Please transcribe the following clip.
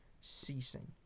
ceasing